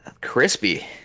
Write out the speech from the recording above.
Crispy